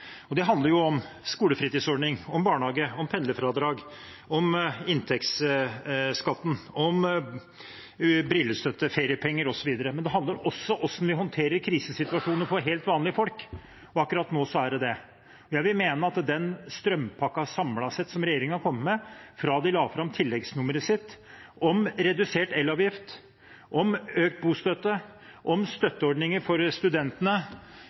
Det handler om skolefritidsordning, barnehage, pendlerfradrag, inntektsskatt, brillestøtte, feriepenger osv. Men det handler også om hvordan vi håndterer krisesituasjoner for helt vanlige folk, og akkurat nå er det det. Regjeringen har samlet sett kommet med en strømpakke – fra de la fram tilleggsnummeret om redusert elavgift, om økt bostøtte, om støtteordninger for studentene,